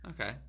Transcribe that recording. Okay